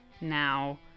Now